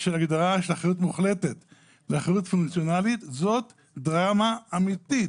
של הגדרת אחריות מוחלטת לאחריות פונקציונלית היא דרמה אמיתית.